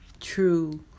true